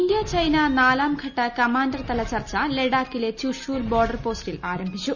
India China നാലാം ഘട്ട commander തല ചർച്ച ലഡാക്കിലെ ചുഷുൽ ബോർഡർ പോസ്റ്റിൽ ആരംഭിച്ചു